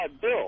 Bill